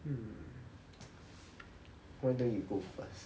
hmm why don't you go first